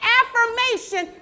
affirmation